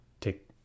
take